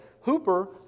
Hooper